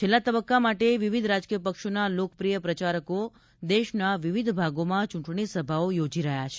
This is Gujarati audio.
છેલ્લા તબકકામાં વિવિધ રાજકીય પક્ષોના લોકપ્રિય પ્રચારકો દેશના વિવિધ ભાગોમાં ચુંટણી સભાઓ યોજી રહયાં છે